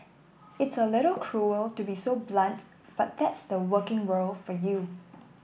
it's a little cruel to be so blunt but that's the working world for you